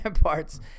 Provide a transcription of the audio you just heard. parts